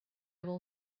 will